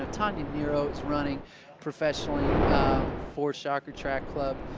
ah tonya nearo is running professionally for shocker track club,